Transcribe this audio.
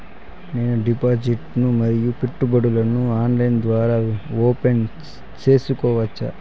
నేను డిపాజిట్లు ను మరియు పెట్టుబడులను ఆన్లైన్ ద్వారా ఓపెన్ సేసుకోవచ్చా?